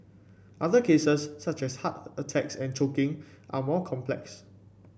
other cases such as heart attacks and choking are more complex